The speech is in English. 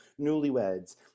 newlyweds